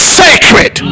sacred